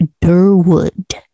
Durwood